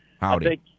Howdy